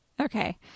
Okay